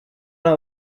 our